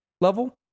level